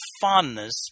fondness